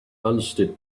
understood